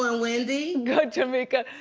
um wendy? good, tamika.